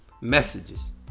Messages